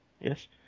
Yes